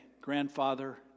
grandfather